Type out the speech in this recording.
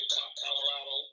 Colorado